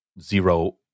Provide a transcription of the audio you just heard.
zero